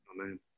Amen